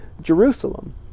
Jerusalem